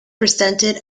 presented